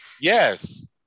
yes